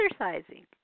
exercising